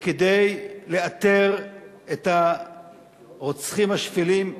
כדי לאתר את הרוצחים השפלים,